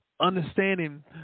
understanding